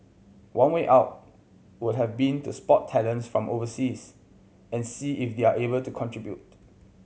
one way out would have been to spot talents from overseas and see if they're able to contribute